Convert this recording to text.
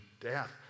death